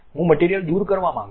હું મટીરીયલ દૂર કરવા માંગુ છો